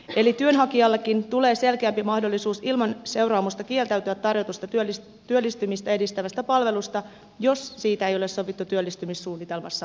eli työnhakijallekin tulee selkeämpi mahdollisuus ilman seuraamusta kieltäytyä tarjotusta työllistymistä edistävästä palvelusta jos siitä ei ole sovittu työllistymissuunnitelmassa ollenkaan